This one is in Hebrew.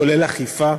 כולל אכיפה,